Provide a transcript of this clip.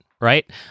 right